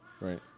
right